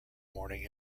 morning